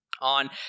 on